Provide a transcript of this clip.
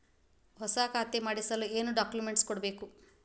ಹೊಸ ಖಾತೆ ಮಾಡಿಸಲು ಏನು ಡಾಕುಮೆಂಟ್ಸ್ ಕೊಡಬೇಕು?